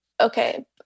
Okay